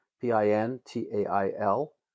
P-I-N-T-A-I-L